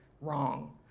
wrong